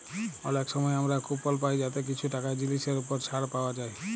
অলেক সময় আমরা কুপল পায় যাতে কিছু টাকা জিলিসের উপর ছাড় পাউয়া যায়